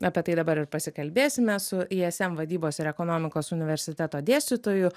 apie tai dabar ir pasikalbėsime su ism vadybos ir ekonomikos universiteto dėstytoju